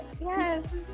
Yes